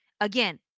Again